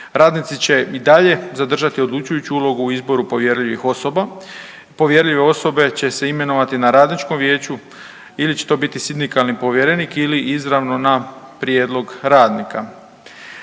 Radnici će i dalje zadržati odlučujuću ulogu u izboru povjerljivih osoba. Povjerljive osobe će se imenovati na Radničkom vijeću ili će to biti sindikalni povjerenik ili izravno na prijedlog radnika.